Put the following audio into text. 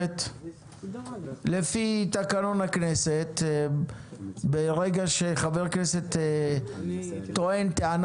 לפי תקנון הכנסת ברגע שחבר כנסת טוען טענה